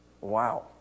Wow